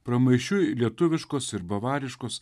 pramaišiui lietuviškos ir bavariškos